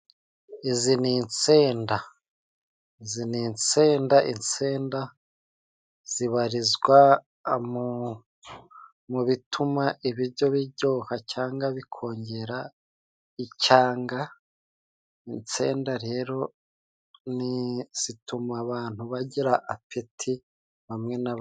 Izi ni insenda, izi ni nsenda insenda zibarizwa mu bituma ibiryo biryoha, cyangwa bikongera icyanga, nsenda rero ni zituma abantu bagira appeti hamwe.....